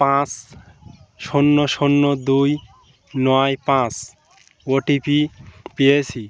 পাঁচ শূন্য শূন্য দুই নয় পাঁচ ওটিপি পেয়েছি